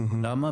למה?